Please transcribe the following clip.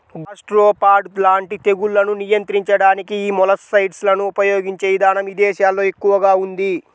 gastropod లాంటి తెగుళ్లను నియంత్రించడానికి యీ మొలస్సైడ్లను ఉపయిగించే ఇదానం ఇదేశాల్లో ఎక్కువగా ఉంది